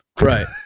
Right